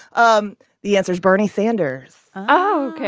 um the answer's bernie sanders oh,